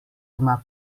ima